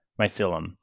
mycelium